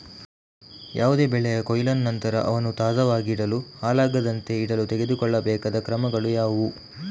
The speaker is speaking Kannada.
ಯಾವುದೇ ಬೆಳೆಯ ಕೊಯ್ಲಿನ ನಂತರ ಅವನ್ನು ತಾಜಾ ಆಗಿಡಲು, ಹಾಳಾಗದಂತೆ ಇಡಲು ತೆಗೆದುಕೊಳ್ಳಬೇಕಾದ ಕ್ರಮಗಳು ಯಾವುವು?